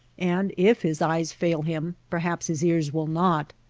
and if his eyes fail him, perhaps his ears will not.